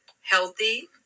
healthy